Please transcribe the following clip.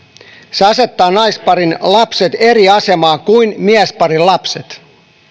se asettaa naisparin lapset eri asemaan kuin miesparin lapset